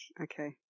Okay